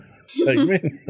segment